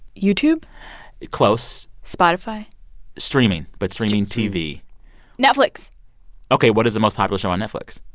youtube close spotify streaming, but streaming tv netflix ok, what is the most popular show on netflix?